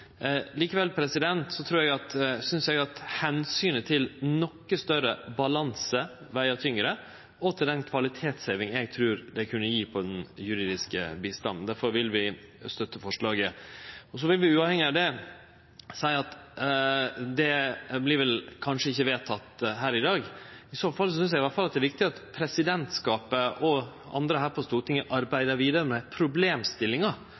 Likevel trur eg at omsynet til noko betre balanse og til kvalitetshevinga eg trur det kunne gje på den juridiske bistanden, veg tyngre. Derfor vil vi støtte forslaget. Uavhengig av det vil eg seie – det vert kanskje ikkje vedteke her i dag – at eg synest det er viktig at presidentskapet og andre her på Stortinget arbeider vidare med problemstillingar